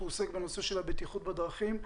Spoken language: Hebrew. בנושא בטיחות בדרכים,